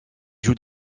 joue